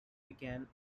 began